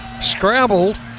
scrambled